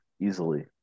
easily